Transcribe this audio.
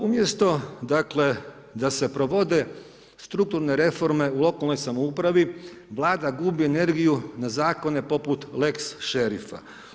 Umjesto dakle da se provode strukturne reforme u lokalnoj samoupravi Vlada gubi energiju na zakone poput lex šerifa.